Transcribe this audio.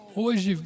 hoje